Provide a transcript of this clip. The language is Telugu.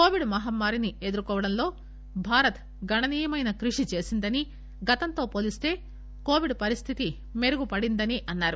కోవిడ్ మహమ్మారిని ఎదుర్కొవడంలో భారత్ గణనీయమైన కృషి చేసిందని గతంతో పోలిస్త కోవిడ్ పరిస్తితి మెరుగు పడిందనీ అన్నారు